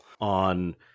on